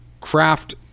craft